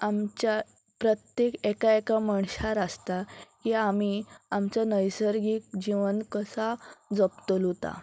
आमच्या प्रत्येक एका एका मनशार आसता की आमी आमचा नैसर्गीक जिवन कसा जगतलो ता